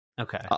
okay